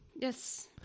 Yes